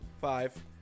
Five